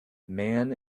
man